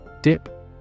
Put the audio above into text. Dip